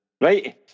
Right